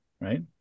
right